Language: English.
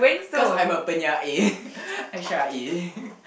cause I'm a penyair I syair